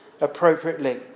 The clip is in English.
appropriately